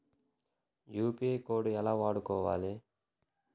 UPI code ఎలా వాడుకోవాలి?